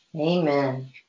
Amen